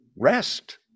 Rest